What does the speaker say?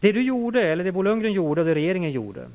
Vad Bo Lundgren och den borgerliga regeringen gjorde